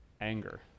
Anger